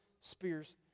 spears